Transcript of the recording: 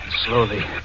slowly